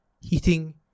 heating